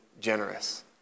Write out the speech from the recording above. Generous